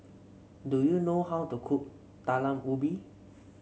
do you know how to cook Talam Ubi